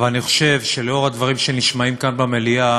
אבל אני חושב שלאור הדברים שנשמעים כאן במליאה